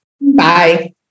Bye